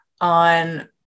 on